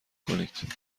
کنید